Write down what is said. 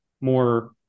more